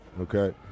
okay